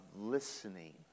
listening